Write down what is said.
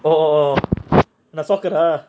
oh oh oh oh